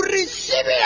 receive